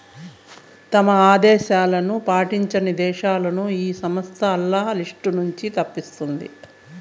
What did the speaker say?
తమ ఆదేశాలు పాటించని దేశాలని ఈ సంస్థ ఆల్ల లిస్ట్ నుంచి తప్పిస్తాది